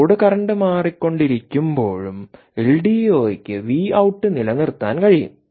load current മാറിക്കൊണ്ടിരിക്കുമ്പോഴും എൽഡിഒയ്ക്ക് V out നിലനിർത്താൻ കഴിയും